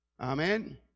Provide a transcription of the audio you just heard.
Amen